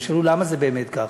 שאלו למה באמת זה ככה,